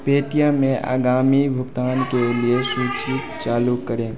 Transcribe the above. Paytm में आगामी भुगतानों के लिए सूचना चालू करें